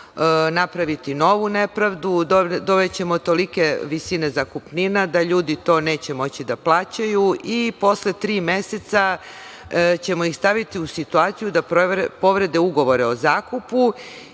napraviti novu nepravdu, donećemo tolike visine zakupnina da ljudi to neće moći da plaćaju, i posle tri meseca, ćemo ih staviti u situaciju da povrede ugovore o zakupu,